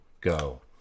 go